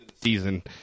season